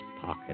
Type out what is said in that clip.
pocket